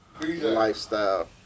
lifestyle